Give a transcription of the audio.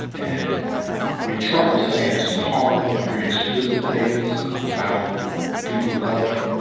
and i mean, trump was saying some horrible and very explic it things about people of color,